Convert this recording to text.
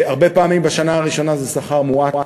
הרבה פעמים בשנה הראשונה זה שכר מועט,